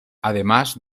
además